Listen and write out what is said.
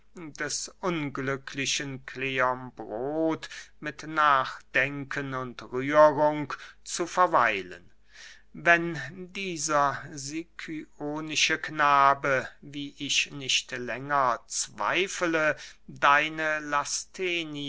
des unglücklichen kleombrot mit nachdenken und rührung zu verweilen wenn dieser sicyonische knabe wie ich nicht länger zweifele deine lasthenia